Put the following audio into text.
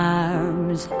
arms